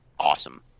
awesome